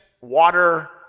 water